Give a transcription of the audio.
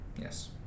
Yes